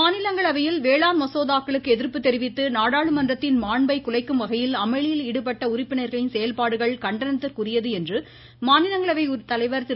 மாநிலங்களவை மாநிலங்களவையில் வேளாண் மசோதாக்களுக்கு எதிர்ப்பு தெரிவித்து நாடாளுமன்றத்தின் மாண்பை குலைக்கும் வகையில் அமளியில் ஈடுபட்ட உறுப்பினர்களின் செயல்பாடுகள் கண்டனத்திற்குரியது என்று மாநிலங்களவை தலைவர் திரு